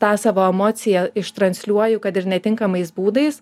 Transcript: tą savo emociją ištransliuoju kad ir netinkamais būdais